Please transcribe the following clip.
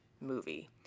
movie